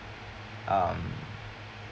um